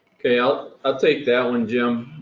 okay, i'll i'll take that one jim.